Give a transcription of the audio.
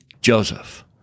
Joseph